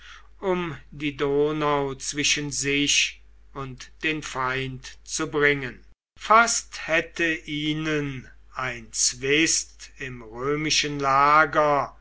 um die donau zwischen sich und den feind zu bringen fast hätte ihnen ein zwist im römischen lager